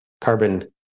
carbon